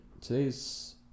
Today's